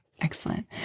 excellent